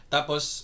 Tapos